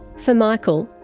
for michael,